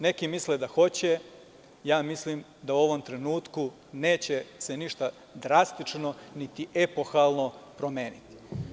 Neki misle da hoće, a ja mislim da u ovom trenutku neće se ništa drastično, niti epohalno promeniti.